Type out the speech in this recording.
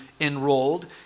enrolled